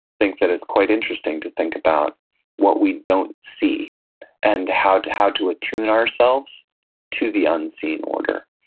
think that it's quite interesting to think about what we don't see and how to how to attune ourselves to the unseen order,